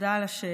תודה על השאלה.